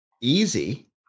easy